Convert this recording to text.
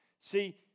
See